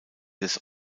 des